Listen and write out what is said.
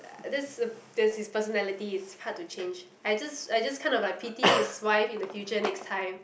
that's his personality is hard to change I just I just kind of like pity his wife in the future next time